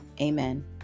Amen